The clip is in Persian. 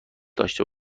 داشته